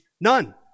None